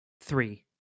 Three